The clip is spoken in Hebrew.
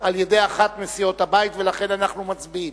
על-ידי אחת מסיעות הבית ולכן אנחנו מצביעים.